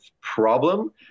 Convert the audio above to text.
problem